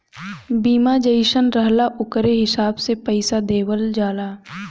बीमा जइसन रहला ओकरे हिसाब से पइसा देवल जाला